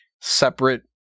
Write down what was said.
separate